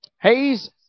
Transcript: Hayes